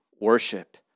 worship